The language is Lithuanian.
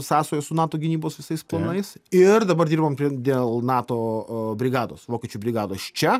sąsajos su nato gynybos visais planais ir dabar dirbam prie dėl nato brigados vokiečių brigados čia